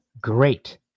great